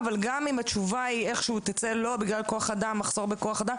גם אם התשובה איכשהו תצא "לא" בגלל מחסור בכוח-אדם,